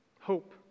Hope